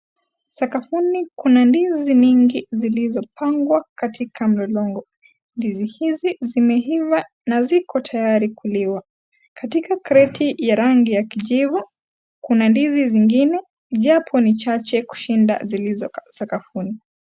Sakafuni kuna ndizi mingi zilizopangwa katika mlolongo. Ndizi hizi zimeiva na ziko tayari kuliwa. Katika kreti ya rangi ya kijivu, kuna ndizi zingine japo ni chache kushinda zilizo sakafuni.